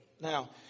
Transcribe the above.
Now